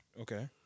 Okay